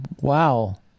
wow